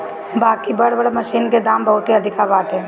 बाकि बड़ बड़ मशीन के दाम बहुते अधिका बाटे